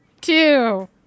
two